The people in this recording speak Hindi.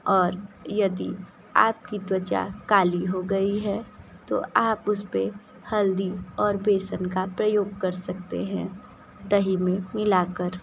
और यदि आपकी त्वचा काली हो गई है तो आप उस पर हल्दी और बेसन का प्रयोग कर सकते हैं दही में मिलाकर